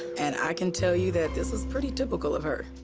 and i can tell you that this is pretty typical of her.